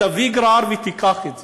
תביא גרר ותיקח את זה,